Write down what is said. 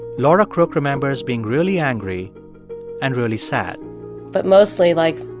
laura crook remembers being really angry and really sad but mostly, like,